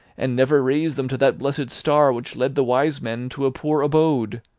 and never raise them to that blessed star which led the wise men to a poor abode!